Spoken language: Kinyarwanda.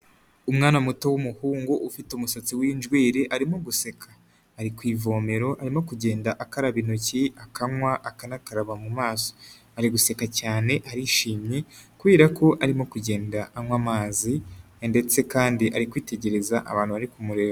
Umwana muto w'umuhungu ufite umusatsi w'injwiri arimo guseka. Ari ku ivomero, arimo kugenda akaba intoki, akanywa akanakaraba mu maso. Ari guseka cyane, arishimye kubera ko arimo kugenda anywa amazi ndetse kandi ari kwitegereza abantu bari kumureba.